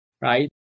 right